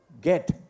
get